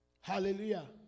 Hallelujah